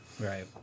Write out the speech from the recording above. right